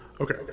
Okay